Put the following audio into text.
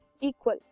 equal